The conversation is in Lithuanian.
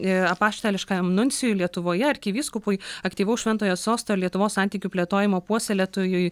ee apaštališkajam nuncijui lietuvoje arkivyskupui aktyvaus šventojo sosto lietuvos santykių plėtojimo puoselėtojui